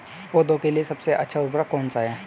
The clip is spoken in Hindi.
पौधों के लिए सबसे अच्छा उर्वरक कौन सा है?